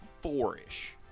four-ish